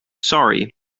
sorry